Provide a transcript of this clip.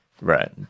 Right